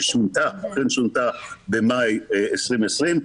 ששונתה במאי 2020,